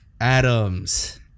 Adams